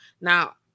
now